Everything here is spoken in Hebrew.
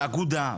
שאגודה,